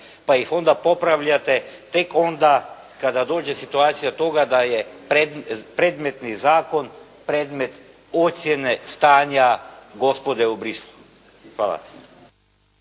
pa ih onda popravljate tek onda kada dođe situacija toga da je predmetni zakon, predmet ocjene, stanja, gospode u Bruxelles-u. Hvala.